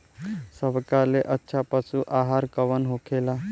सबका ले अच्छा पशु आहार कवन होखेला?